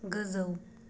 गोजौ